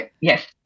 yes